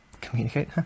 communicate